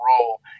role